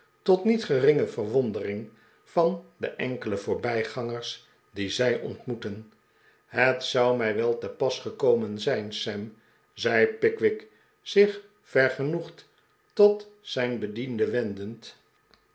tot niet geringe verwon dering van de enkele voorbij gangers die zij ontmoetten het zou mij wel te pas gekomen zijn sam zei pickwick zich vergenoegd tot zijn bediende wendend